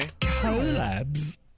Collabs